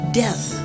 death